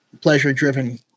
pleasure-driven